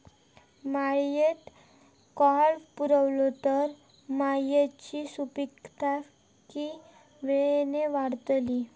मातयेत कैर पुरलो तर मातयेची सुपीकता की वेळेन वाडतली?